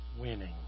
winning